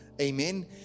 Amen